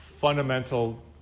fundamental